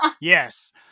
Yes